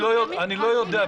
אני לא יודע.